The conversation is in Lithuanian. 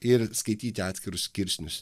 ir skaityti atskirus skirsnius